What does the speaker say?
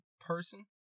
person